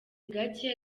gake